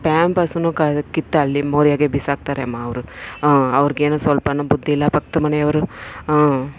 ಪ್ಯಾಂಪರ್ಸ್ನು ಕಿತ್ತು ಅಲ್ಲಿ ಮೋರಿಯಾಗೆ ಬಿಸಾಕ್ತಾರೆ ಅಮ್ಮ ಅವರು ಅವ್ರಿಗೇನೂ ಸ್ವಲ್ಪವೂ ಬುದ್ಧಿ ಇಲ್ಲ ಪಕ್ದ ಮನೆಯವರು ಆಂ